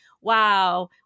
wow